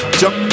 jump